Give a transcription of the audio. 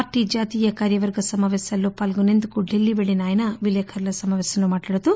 party జాతీయ కార్యవర్గ సమాపేశాల్లో పాల్గొసేందుకు ఢిల్లీ పెళ్లిన ఆయన విలేఖరుల సమాపేశంలో మాట్లాడుతూ